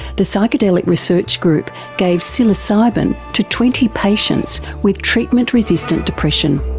the psychedelic research group gave psilocybin to twenty patients with treatment resistant depression.